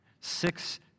Six